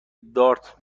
دارت